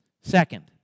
Second